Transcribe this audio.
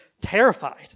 terrified